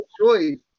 choice